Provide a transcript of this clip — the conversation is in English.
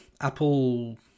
apple